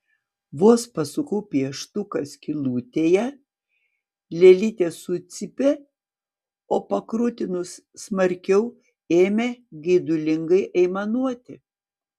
vos pasukau pieštuką skylutėje lėlytė sucypė o pakrutinus smarkiau ėmė geidulingai aimanuoti